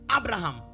Abraham